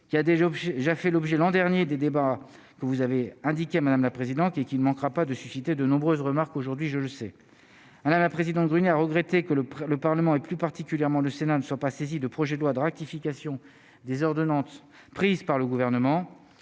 j'ai déjà fait l'objet l'an dernier, des débats, vous avez indiqué, madame la présidente, qui est, qui ne manquera pas de susciter de nombreuses remarques, aujourd'hui je le sais : ah la la, président Gruny a regretté que le le Parlement et plus particulièrement le Sénat ne soit pas saisie de projet de loi de ratification des ordonnances prises par le gouvernement